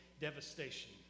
Devastation